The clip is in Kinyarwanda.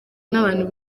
n’abantu